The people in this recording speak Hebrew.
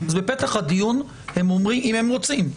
אז בפתח הדיון הם אומרים אם הם רוצים,